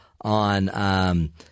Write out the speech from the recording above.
on